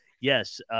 Yes